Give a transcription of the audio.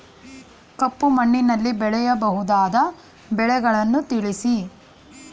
ಕಪ್ಪು ಮಣ್ಣಿನಲ್ಲಿ ಬೆಳೆಯಬಹುದಾದ ಬೆಳೆಗಳನ್ನು ತಿಳಿಸಿ?